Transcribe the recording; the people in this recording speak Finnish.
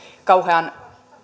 kauhean